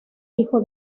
hijo